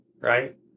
right